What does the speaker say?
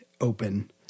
open